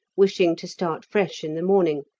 wishing to start fresh in the morning,